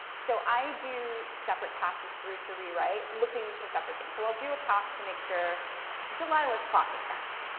so i do separate passes through to rewrite looking for separate things. so i'll do a pass to make sure delilah's plot makes sense.